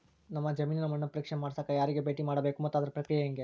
ನಮ್ಮ ಜಮೇನಿನ ಮಣ್ಣನ್ನು ಪರೇಕ್ಷೆ ಮಾಡ್ಸಕ ಯಾರಿಗೆ ಭೇಟಿ ಮಾಡಬೇಕು ಮತ್ತು ಅದರ ಪ್ರಕ್ರಿಯೆ ಹೆಂಗೆ?